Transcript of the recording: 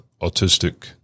autistic